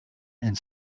and